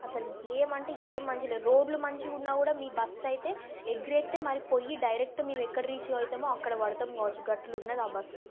అసల ఏమంటే ఏం మనషులో రోడ్లు మంచిగున్నా కుడా మీ బస్ అయితే ఎగ్గిరయితే మరి పోయి డైరెక్ట్ మేము ఎక్కడ రీచ్ అయితమో అక్కడ పడతాం కావచ్చు అట్లున్నది ఆ బస్సు